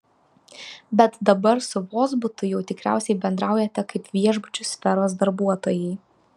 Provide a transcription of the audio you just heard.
bet dabar su vozbutu jau tikriausiai bendraujate kaip viešbučių sferos darbuotojai